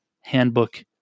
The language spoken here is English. handbook